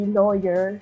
lawyer